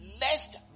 lest